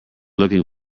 looking